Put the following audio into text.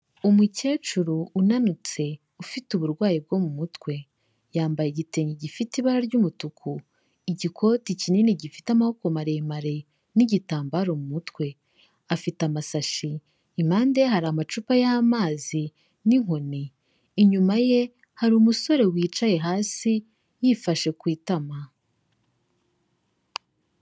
Umukecuru unanutse ufite uburwayi bwo mu mutwe, yambaye igitenge gifite ibara ry'umutuku, igikoti kinini gifite amaboko maremare n'igitambaro mu mutwe. Afite amasashi, impande ye hari amacupa y'amazi n'inkoni, inyuma ye hari umusore wicaye hasi yifashe ku itama.